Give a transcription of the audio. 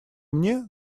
мне